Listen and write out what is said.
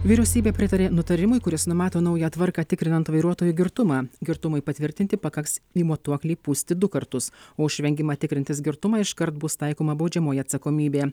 vyriausybė pritarė nutarimui kuris numato naują tvarką tikrinant vairuotojų girtumą girtumui patvirtinti pakaks į matuoklį pūsti du kartus o už vengimą tikrintis girtumą iškart bus taikoma baudžiamoji atsakomybė